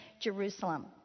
Jerusalem